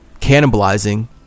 cannibalizing